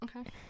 Okay